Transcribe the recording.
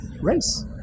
race